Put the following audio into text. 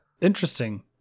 Interesting